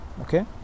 okay